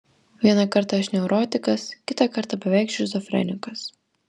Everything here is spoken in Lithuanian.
vieną kartą aš neurotikas kitą kartą beveik šizofrenikas